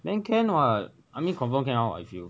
then can what I mean confirm cannot if you